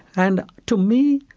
and to me,